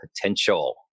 potential